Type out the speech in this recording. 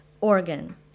organ